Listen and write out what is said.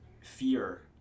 fear